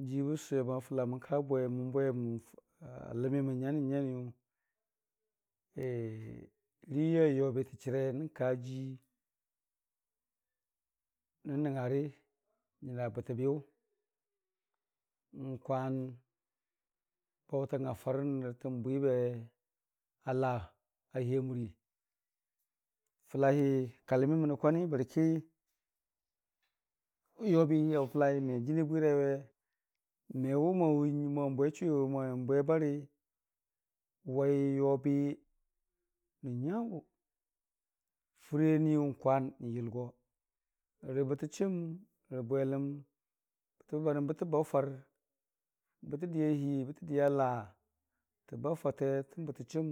Jiibən sʊwei a fəla mənka bwe mən bwe a ləmimən nyannideniyʊ lii yai yobi yə dərei nənkajii nən nəng ngari nyəra bətəbiyʊ n'kwan baʊ tang a fartən bwibe a laa aliiya murii, fəlalii kələmimənrə kwani bərki yobilii a fəlalii me jənii bwiraiwe, mewʊ wʊ n'bwechʊwi mo wʊ n'bwe bari, wai yobi nən nyagʊ fɨra niyʊ kwan nən yʊlgo rə bətəchʊmra bwelən, bətəbə barəm bətə baʊ far bətə diya hii bətə diya laa təbaʊ fate tən bətə chʊwʊm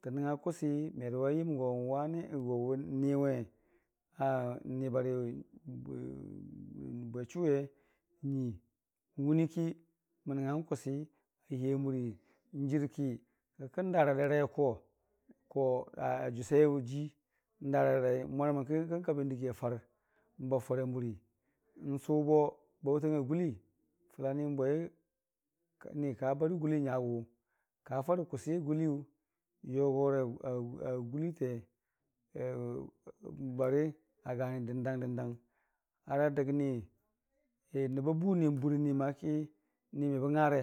tə nəngnga kʊsi merəwa yəm go niwe n'nibari bwe dʊwi we n'nyuii, wʊniiki mən nəngngang kʊsi a liiya murii, n'jɨrki kikən daradarai ako a jʊsai ajii n'datadarai n'mwaməmki kən, kabi n'dəgii afar n'baʊ fara murii n'sʊbo, baʊtang a gʊllii fəla ni n'bwei ni ka barə gʊlliinyagʊ ka farə kʊsiya gʊlliiyu yogora a a gwitte bare aganidər, dang dandang a dək ni nəbbə buniyəm burɨ niki ni mebə ngare.